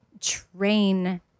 train